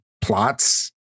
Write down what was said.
plots